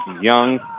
Young